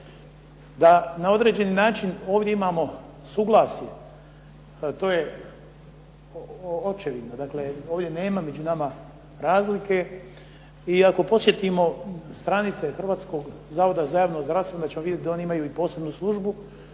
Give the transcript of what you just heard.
Da na određeni način ovdje imamo suglasje, to je očevidno. Dakle ovdje nema među nama razlike i ako posjetimo stranice Hrvatskog zavoda za javno zdravstvo, onda ćemo vidjeti da oni imaju i posebnu službu